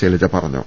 ശൈലജ പറഞ്ഞു